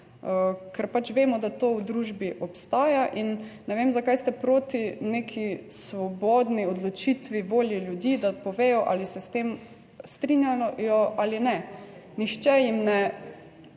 ker pač vemo, da to v družbi obstaja. In ne vem, zakaj ste proti neki svobodni odločitvi volje ljudi, da povedo ali se s tem strinjajo ali ne. Nihče jim ne